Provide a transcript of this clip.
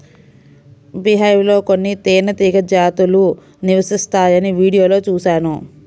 beehive లో కొన్ని తేనెటీగ జాతులు నివసిస్తాయని వీడియోలో చూశాను